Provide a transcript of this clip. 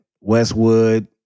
Westwood